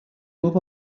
move